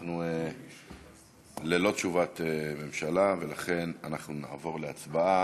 אנחנו ללא תשובת ממשלה, ולכן אנחנו נעבור להצבעה.